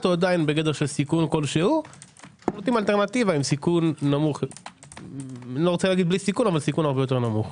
הוא עדיין בגדר סיכון כלשהו עם אלטרנטיבה לסיכון הרבה יותר נמוך.